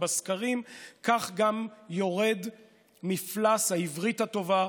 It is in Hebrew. בסקרים כך גם יורד מפלס העברית הטובה,